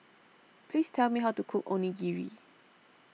please tell me how to cook Onigiri